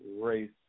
race